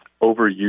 overuse